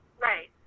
Right